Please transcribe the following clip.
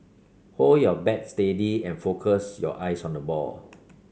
hold your bat steady and focus your eyes on the ball